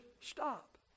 stop